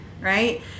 right